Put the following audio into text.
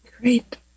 Great